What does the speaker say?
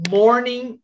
morning